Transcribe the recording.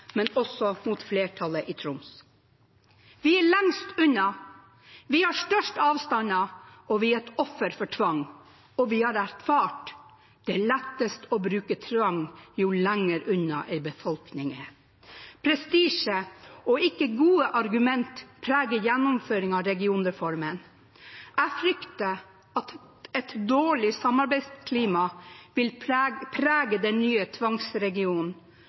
Vi er lengst unna, vi har størst avstander, vi er et offer for tvang, og vi har erfart at det er lettere å bruke tvang jo lenger unna en befolkning er. Prestisje, og ikke gode argumenter, preger gjennomføringen av regionreformen. Jeg frykter at et dårlig samarbeidsklima vil prege den nye tvangsregionen,